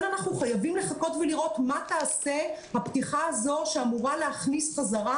אנחנו חייבים לחכות ולראות מה תעשה הפתיחה הזו שאמורה להכניס חזרה